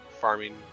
farming